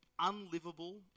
unlivable